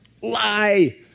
Lie